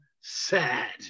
sad